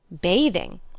Bathing